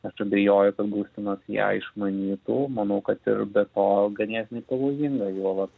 aš abejoju kad gaustinas ją išmanytų manau kad ir be to ganėtinai pavojinga juolab